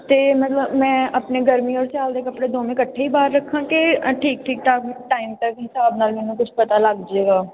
ਅਤੇ ਮਤਲਬ ਮੈਂ ਆਪਣੇ ਗਰਮੀ ਔਰ ਸਿਆਲ ਦੇ ਕੱਪੜੇ ਦੋਵੇਂ ਇਕੱਠੇ ਹੀ ਬਾਹਰ ਰੱਖਾਂ ਕਿ ਠੀਕ ਠੀਕ ਟਾ ਟਾਈਮ ਤਕ ਹਿਸਾਬ ਨਾਲ ਮੈਨੂੰ ਕੁਝ ਪਤਾ ਲੱਗ ਜਏਗਾ